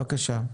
בבקשה.